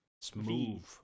Smooth